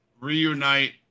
reunite